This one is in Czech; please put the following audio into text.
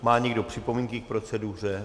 Má někdo připomínky k proceduře?